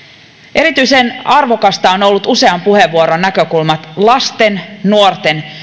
erityisen arvokasta on on ollut usean puheenvuoron näkökulmat lasten nuorten